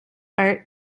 art